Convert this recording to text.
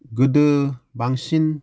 गोदो बांसिन